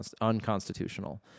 unconstitutional